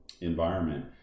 environment